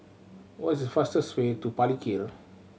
what is the fastest way to Palikir